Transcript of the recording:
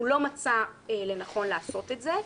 הוא לא מצא לנכון לעשות את זה,